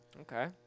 Okay